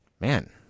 Man